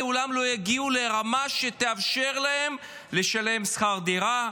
לעולם לא יגיעו לרמה שתאפשר להם לשלם שכר דירה,